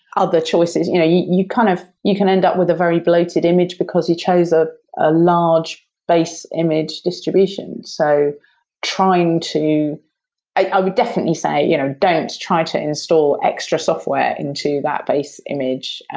other choices, you know you you kind of can end up with a very bloated image because you chose ah a large base image distribution. so trying to i would definitely say you know don't try to install extra software into that base image.